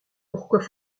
pourquoi